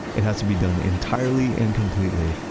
it has to be done entirely and completely,